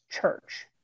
church